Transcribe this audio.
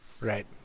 Right